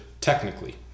technically